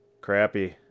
Crappy